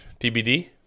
TBD